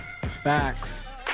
Facts